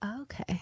okay